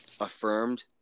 affirmed